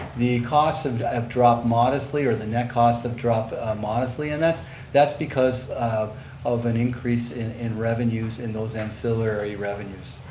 the costs have dropped modestly, or the net costs have dropped modestly and that's that's because of of an increase in in revenues in those ancillary revenues.